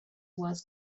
was